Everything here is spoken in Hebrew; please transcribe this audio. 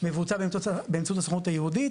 מבוצע באמצעות הסוכנות היהודית.